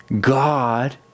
God